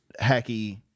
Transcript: hacky